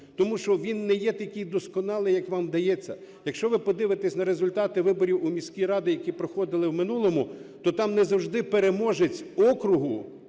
тому що він не є такий досконалий, як вам здається. Якщо ви подивитесь на результати виборів у міські ради, які проходили в минулому, то там не завжди переможець округу